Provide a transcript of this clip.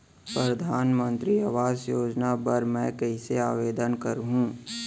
परधानमंतरी आवास योजना बर मैं कइसे आवेदन करहूँ?